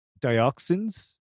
dioxins